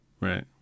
right